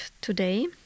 today